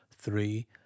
three